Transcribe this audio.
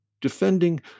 Defending